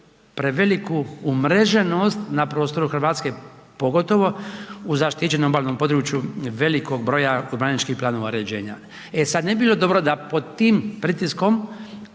preveliku umreženost na prostoru Hrvatske pogotovo u zaštićenom obalnom području velikog broja urbanističkih planova uređenja. E sad ne bi bilo dobro da pod tim pritiskom